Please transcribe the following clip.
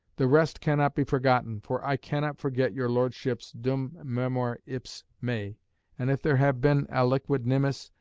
the rest cannot be forgotten, for i cannot forget your lordship's dum memor ipse mei and if there have been aliquid nimis,